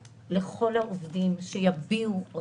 לא 3,500, לא 5,000 ולא